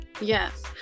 yes